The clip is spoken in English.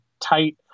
tight